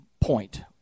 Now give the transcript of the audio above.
point